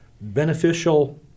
beneficial